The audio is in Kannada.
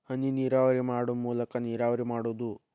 ಹನಿನೇರಾವರಿ ಮಾಡು ಮೂಲಾಕಾ ನೇರಾವರಿ ಮಾಡುದು